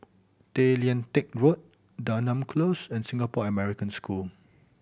Tay Lian Teck Road Denham Close and Singapore American School